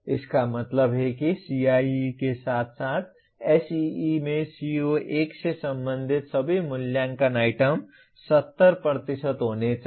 इसका मतलब है कि CIE के साथ साथ SEE में CO1 से संबंधित सभी मूल्यांकन आइटम 70 प्रतिशत होने चाहिए